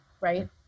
right